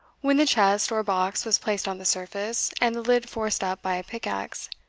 when the chest or box was placed on the surface, and the lid forced up by a pickaxe,